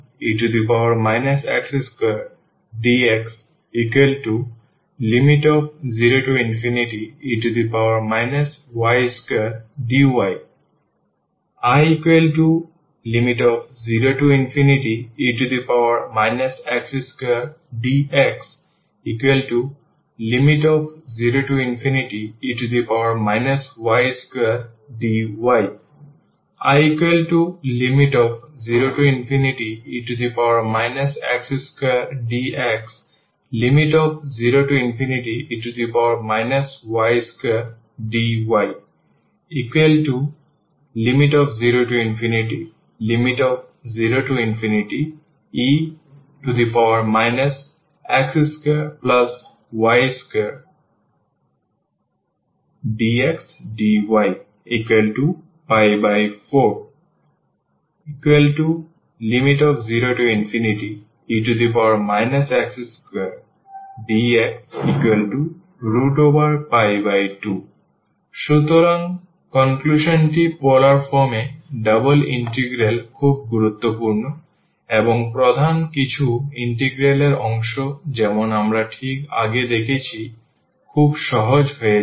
I0e x2dx0e y2dy I0e x2dx0e y2dy 00e x2y2dxdy 4 ⟹0e x2dx2 সুতরাং উপসংহারটি polar form এ double integral খুব গুরুত্বপূর্ণ এবং প্রধানত কিছু ইন্টিগ্রাল এর অংশ যেমন আমরা ঠিক আগে দেখেছি খুব সহজ হয়ে যায়